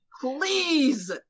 Please